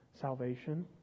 salvation